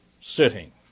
Sitting